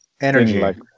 energy